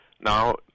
Now